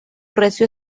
recio